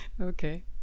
Okay